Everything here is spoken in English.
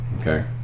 Okay